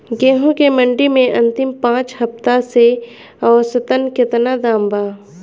गेंहू के मंडी मे अंतिम पाँच हफ्ता से औसतन केतना दाम बा?